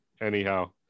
anyhow